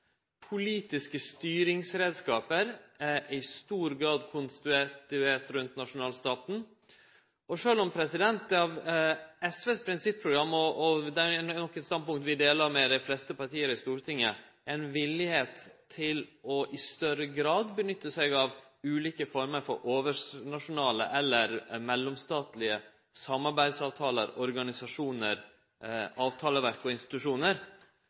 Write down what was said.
Politiske styringsreiskapar er i stor grad konstituerte rundt nasjonalstaten. Og sjølv om ein i SVs prinsipprogram – og det er nokre standpunkt vi deler med dei fleste partia i Stortinget – er villig til i større grad å nytte ulike former for overnasjonale eller mellomstatlege samarbeidsavtaler, organisasjonar, avtaleverk og